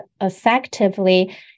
effectively